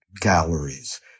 galleries